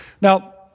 Now